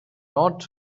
not